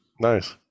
nice